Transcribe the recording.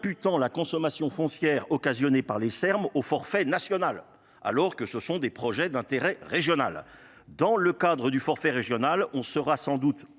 imputant la consommation foncière occasionnée par les r m au forfait national, alors que ce sont des projets d'intérêt régional dans le cadre du forfait régional. on sera sans doute